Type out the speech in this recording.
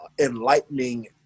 enlightening